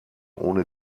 ohne